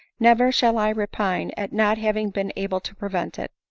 never shall i repine at not having been able to prevent it.